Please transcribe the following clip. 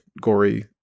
gory